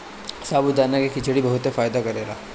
साबूदाना के खिचड़ी बहुते फायदा करेला